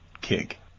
kick